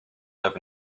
live